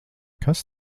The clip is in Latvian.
kas